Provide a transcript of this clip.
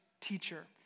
teacher